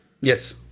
Yes